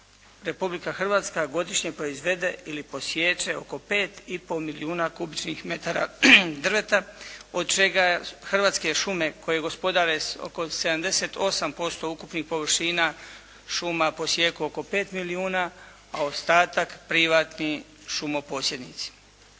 Republika Hrvatska godišnje proizvede ili posiječe oko 5,5 milijuna kubičnih metara drveta od čega Hrvatske šume koje gospodare oko 78% ukupnih površina šuma posijeku oko 5 milijuna a ostatak privatni šumoposjednici.